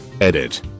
Edit